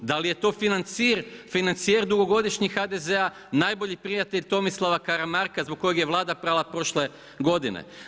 Da li je to financijer dugogodišnjeg HDZ-a, najbolji prijatelj Tomislava Karamarka, zbog koje je Vlada pala prošle godine?